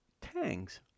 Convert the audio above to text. TANGs